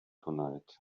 tonight